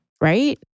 Right